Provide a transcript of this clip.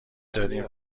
دادیم